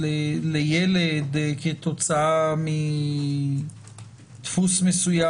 להיגרם לילד כתוצאה מדפוס מסוים,